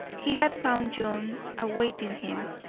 he had found john awaiting him.